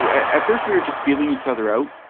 yeah at first we were just feeling each other out.